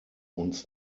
uns